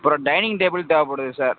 அப்புறம் dining table தேவைப்படுது sir